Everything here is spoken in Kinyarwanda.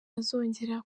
azongera